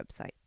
website